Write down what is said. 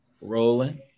rolling